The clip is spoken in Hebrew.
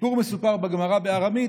הסיפור מסופר בגמרא בארמית,